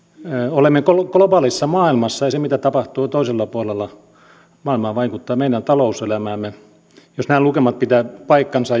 olemme globaalissa maailmassa ja se mitä tapahtuu toisella puolella maailmaa vaikuttaa meidän talouselämäämme jos nämä lukemat pitävät paikkansa